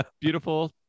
beautiful